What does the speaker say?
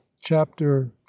chapter